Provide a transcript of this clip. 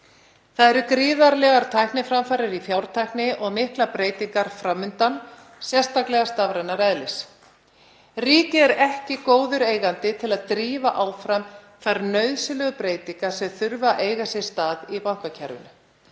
Það eru gríðarlegar tækniframfarir í fjártækni og miklar breytingar fram undan, sérstaklega stafrænar eðlis. Ríkið er ekki góður eigandi til að drífa áfram þær nauðsynlegu breytingar sem þurfa að eiga sér stað í bankakerfinu.